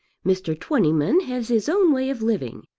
mr. twentyman has his own way of living.